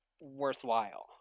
worthwhile